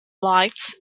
lights